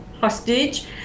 hostage